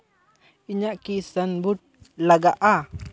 ᱤᱧᱟᱹᱜ ᱠᱤ ᱥᱟᱱ ᱵᱩᱴ ᱞᱟᱜᱟᱜᱼᱟ